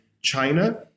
china